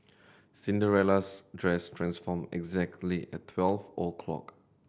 Cinderella's dress transformed exactly at twelve o' clock